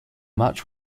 match